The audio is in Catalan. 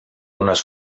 unes